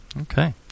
Okay